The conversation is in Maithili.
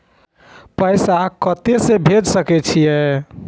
पैसा कते से भेज सके छिए?